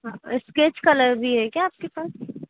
हाँ sketch colour भी है क्या आपके पास